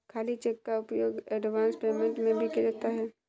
खाली चेक का उपयोग एडवांस पेमेंट में भी किया जाता है